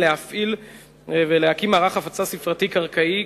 להפעיל ולהקים מערך הפצה ספרתי קרקעי,